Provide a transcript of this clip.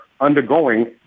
undergoing